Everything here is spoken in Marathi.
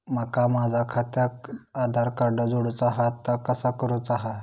माका माझा खात्याक आधार कार्ड जोडूचा हा ता कसा करुचा हा?